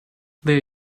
there